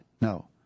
No